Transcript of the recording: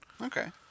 Okay